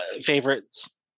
favorites